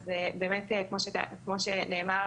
אז באמת כמו שנאמר,